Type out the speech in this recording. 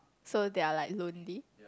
so they are like lonely